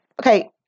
okay